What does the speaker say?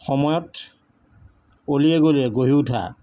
সময়ত অলিয়ে গলিয়ে গঢ়ি উঠা